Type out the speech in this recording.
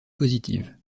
positives